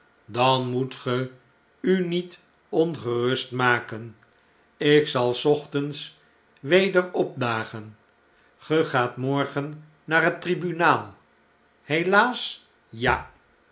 dan moet ge u niet het spel begint ongerust maken ik zal s ochtends weder opdagen ge gaat morgen naar het tribunaal helaas ja